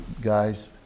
guys